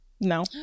No